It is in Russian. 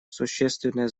существенное